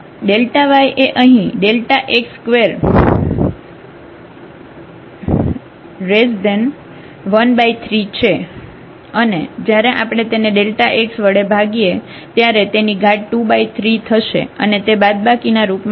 તેથી yએ અહીં x213 છે અને જયારે આપણે તેને x વડે ભાગીએ ત્યારે તેની ઘાત 23 થશે અને તે બાદબાકી ના રૂપમાં થશે